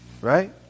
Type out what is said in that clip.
right